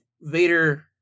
Vader